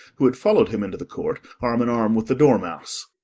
who had followed him into the court, arm-in-arm with the dormouse.